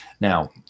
Now